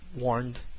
warned